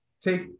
take